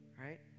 right